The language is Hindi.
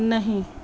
नहीं